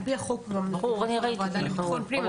על פי החוק הדיווח לוועדה לביטחון הפנים,